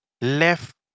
left